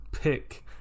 pick